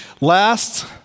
Last